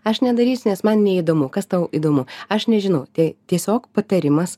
aš nedarysiu nes man neįdomu kas tau įdomu aš nežinau tai tiesiog patarimas